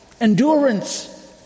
Endurance